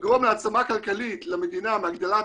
יגרום להעצמה כלכלית למדינה מהגדלת